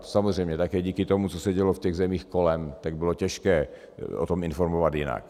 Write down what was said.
Samozřejmě také díky tomu, co se dělo v těch zemích kolem, bylo těžké o tom informovat jinak.